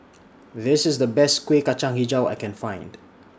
This IS The Best Kuih Kacang Hijau that I Can Find